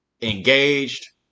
engaged